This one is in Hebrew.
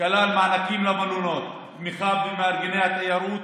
מענקים למלונות, תמיכה במארגני התיירות